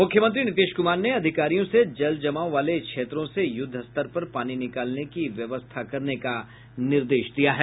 मुख्यमंत्री नीतीश कुमार ने अधिकारियों से जल जमाव वाले क्षेत्रों से युद्धस्तर पर पानी निकालने की व्यवस्था करने का निर्देश दिया है